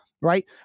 right